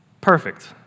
Perfect